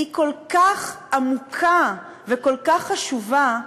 היא כל עמוקה וכל כך חשובה,